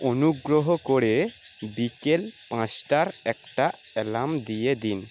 অনুগ্রহ করে বিকেল পাঁচটার একটা অ্যালার্ম দিয়ে দিন